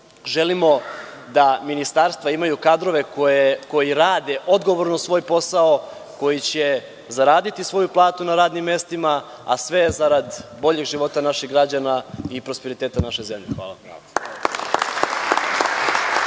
Želimo da ministarstva imaju kadrove koji rade odgovorno svoj posao, koji će zaraditi svoju platu na radnim mestima, a sve zarad boljeg života naših građana i prosperiteta naše zemlje. Hvala.